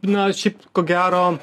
na šiaip ko gero